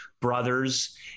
brothers